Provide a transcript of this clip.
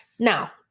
Now